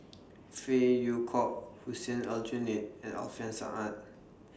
Phey Yew Kok Hussein Aljunied and Alfian Sa'at